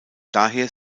daher